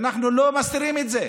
ואנחנו לא מסתירים את זה,